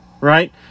right